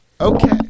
Okay